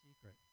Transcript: secret